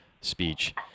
Speech